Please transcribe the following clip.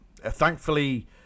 thankfully